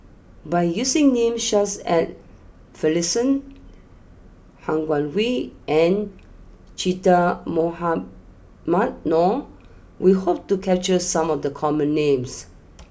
by using names such as Finlayson Han Guangwei and Che Dah Mohamed Noor we hope to capture some of the common names